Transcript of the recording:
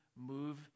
move